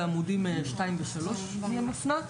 בעמודים 2 ו-3 אני מפנה,